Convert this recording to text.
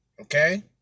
Okay